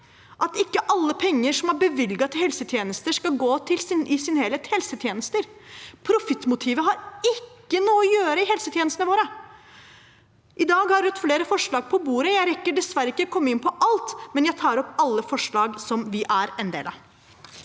at ikke alle penger som er bevilget til helsetjenester, i sin helhet skal gå til helsetjenester. Profittmotivet har ikke noe å gjøre i helsetjenestene våre. I dag har Rødt flere forslag på bordet. Jeg rekker dessverre ikke å komme inn på alt, men jeg tar opp alle forslag som vi er en del av.